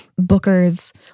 bookers